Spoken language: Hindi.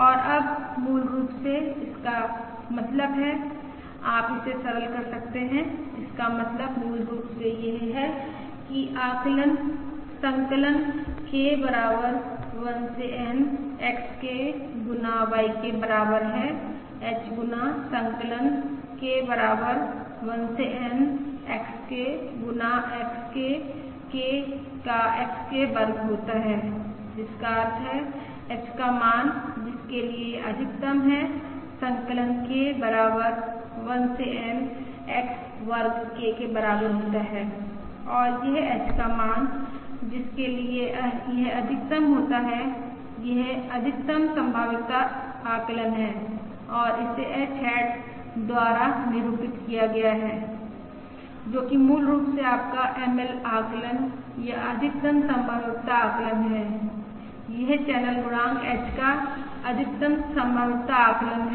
और अब मूल रूप से इसका मतलब है आप इसे सरल कर सकते हैं इसका मतलब मूल रूप से यह है कि संकलन K बराबर 1 से N XK गुना YK बराबर है h गुना संकलन K बराबर 1 से N XK गुना XK K का XK वर्ग होता है जिसका अर्थ है h का मान जिसके लिए यह अधिकतम है संकलन K बराबर 1 से N X वर्ग K के बराबर होता है और यह h का मान जिसके लिए यह अधिकतम होता है यह अधिकतम संभाव्यता आकलन है और इसे h हैट द्वारा निरूपित किया जाता है जो कि मूल रूप से आपका ML आकलन या अधिकतम संभाव्यता आकलन है यह चैनल गुणांक h का अधिकतम संभाव्यता आकलन है